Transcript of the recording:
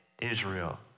israel